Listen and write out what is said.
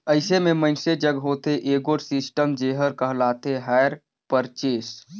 अइसे में मइनसे जग होथे एगोट सिस्टम जेहर कहलाथे हायर परचेस